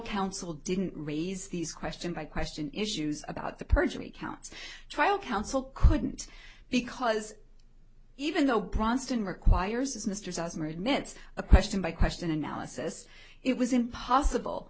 counsel didn't raise these question by question issues about the perjury counts trial counsel couldn't because even though bronston requires mr thousand or admits a question by question analysis it was impossible